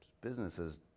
businesses